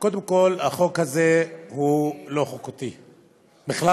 קודם כול, החוק הזה לא חוקתי בכלל.